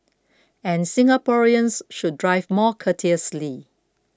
and Singaporeans should drive more courteously